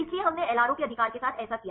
इसलिए हमने एलआरओ के अधिकार के साथ ऐसा किया